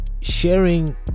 sharing